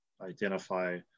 identify